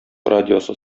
радиосы